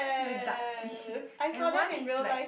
you're dark fish and one is like